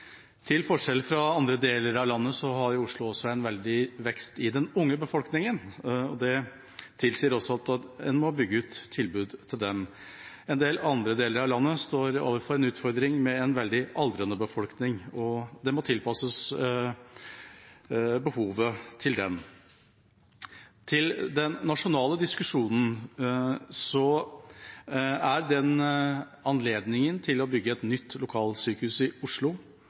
Til forskjell fra andre deler av landet, har Oslo også en veldig vekst i den unge befolkningen. Det tilsier at en også må bygge ut tilbudet til dem. Andre deler av landet står overfor en utfordring med en veldig aldrende befolkning, og det må tilpasses deres behov. Når det gjelder den nasjonale diskusjonen, er anledningen til å bygge et nytt lokalsykehus i Oslo